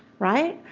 right.